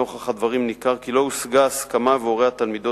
נוכח הדברים ניכר כי לא הושגה הסכמה והורי התלמידות